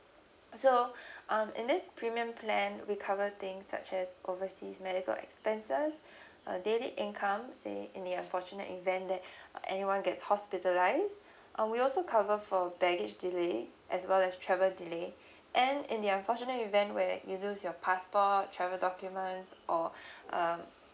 so um in this premium plan we cover things such as overseas medical expenses a daily income say in the unfortunate event that uh anyone gets hospitalised uh we also cover for baggage delay as well as travel delay and in the unfortunate event where you lose your passport travel documents or um